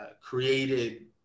created